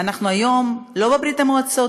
אנחנו היום לא גרים בברית המועצות,